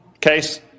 case